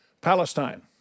Palestine